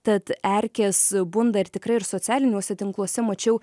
tad erkės bunda ir tikrai ir socialiniuose tinkluose mačiau